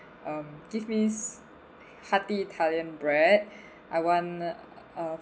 um give me hearty italian bread I want uh